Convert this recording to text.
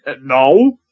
No